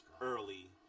early